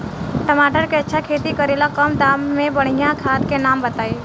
टमाटर के अच्छा खेती करेला कम दाम मे बढ़िया खाद के नाम बताई?